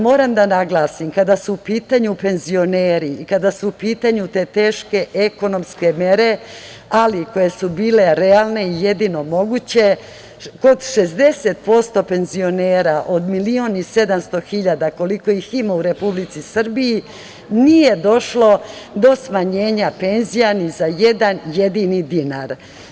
Moram da naglasim, kada su u pitanju penzioneri i kada su u pitanju te teške ekonomske mere, ali koje su bile realne i jedino moguće, kod 60% penzionera, od milion i 700 hiljada, koliko ih ima u Republici Srbiji, nije došlo do smanjenja penzija ni za jedan jedini dinar.